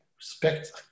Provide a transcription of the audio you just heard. respect